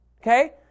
okay